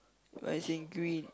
but is in green